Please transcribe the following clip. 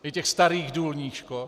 I těch starých důlních škod.